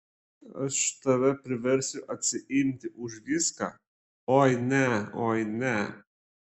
aš tave priversiu atsiimti už viską oi ne oi ne